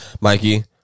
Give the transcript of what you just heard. Mikey